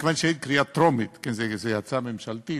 מכיוון שאין קריאה טרומית כי זו הצעה ממשלתית,